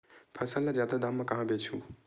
फसल ल जादा दाम म कहां बेचहु?